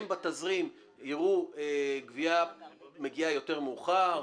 בתזרים הם יראו שגבייה מגיעה יותר מאוחר,